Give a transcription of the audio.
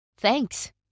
Thanks